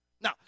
Now